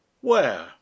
Where